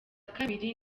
kabiri